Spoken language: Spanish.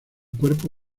cuerpo